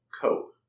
cope